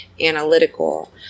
analytical